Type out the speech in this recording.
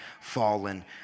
fallen